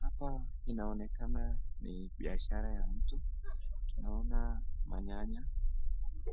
Hapa inaonekana ni biashara ya mtu naona manyanya